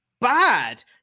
bad